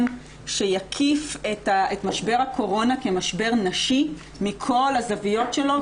שיקיף את משבר הקורונה כמשבר נשי מכל הזוויות שלו,